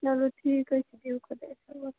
چلو ٹھیٖک حظ بِہِو خۄدایَس حوال